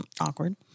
Awkward